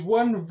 one